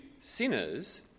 sinners